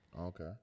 Okay